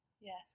Yes